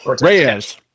Reyes